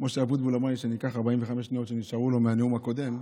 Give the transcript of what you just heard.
משה אבוטבול אמר לי שאני אקח 45 שניות שנשארו לו מהנאום הקודם.